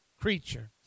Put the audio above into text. creature